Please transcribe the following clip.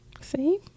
see